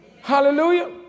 Hallelujah